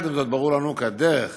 עם זאת, ברור לנו כי הדרך